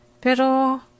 Pero